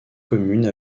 commune